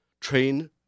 train